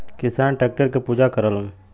किसान टैक्टर के पूजा करलन